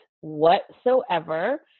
whatsoever